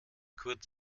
kurz